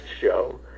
show